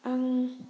आं